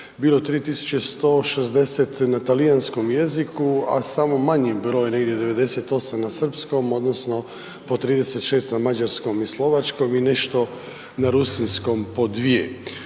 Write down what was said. je 3 160 na talijanskom jeziku a samo manji broj, negdje 98 na srpskom odnosno po 36 na mađarskom i slovačkom i nešto na rusinskom, po 2.